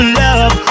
love